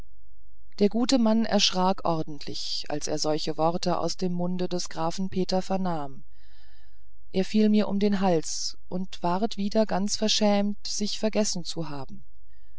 der gute mann erschrak ordentlich als er solche worte aus dem munde des grafen peter vernahm er fiel mir um den hals und ward wieder ganz verschämt sich vergessen zu haben